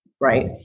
Right